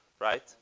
Right